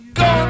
go